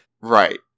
Right